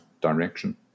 direction